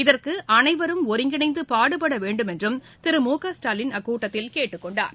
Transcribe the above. இதற்கு அனைவரும் ஒருங்கிணைந்து பாடுபட வேண்டும் என்றும் திரு மு க ஸ்டாலின் அக்கூட்டத்தில் கேட்டுக்கொண்டார்